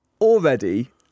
Already